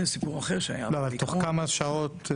אבל תוך כמה שעות?